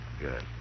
good